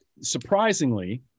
surprisingly